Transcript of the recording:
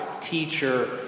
teacher